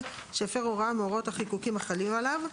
שהפר הוראה מהוראות החיקוקים החלים עליו".